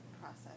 process